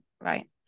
Right